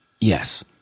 yes